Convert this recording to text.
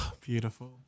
Beautiful